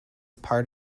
part